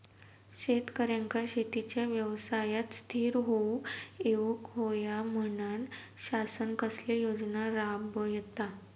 शेतकऱ्यांका शेतीच्या व्यवसायात स्थिर होवुक येऊक होया म्हणान शासन कसले योजना राबयता?